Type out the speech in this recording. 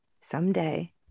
someday